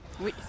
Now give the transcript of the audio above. Oui